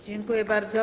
Dziękuję bardzo.